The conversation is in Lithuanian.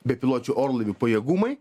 bepiločių orlaivių pajėgumai